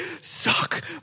Suck